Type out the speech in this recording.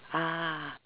ah